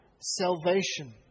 salvation